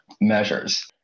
measures